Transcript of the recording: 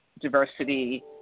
diversity